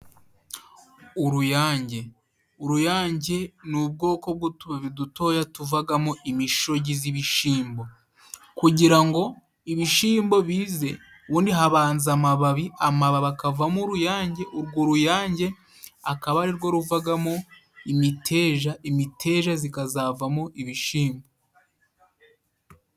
Uruyange. Uruyange ni ubwoko bw'utubabi dutoya tuvagamo imishogi z'ibishimbo，kugira ngo ibishimbo bize， ubundi habanza amababi，amababi akavamo uruyange，urwo ruyange akaba arirwo ruvagamo imiteja， imiteja zikazavamo ibishimbo.